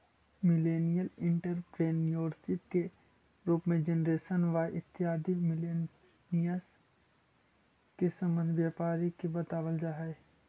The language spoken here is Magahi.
मिलेनियल एंटरप्रेन्योरशिप के रूप में जेनरेशन वाई इत्यादि मिलेनियल्स् से संबंध व्यापारी के बतलावल जा हई